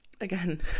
Again